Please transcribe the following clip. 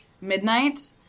midnight